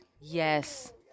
Yes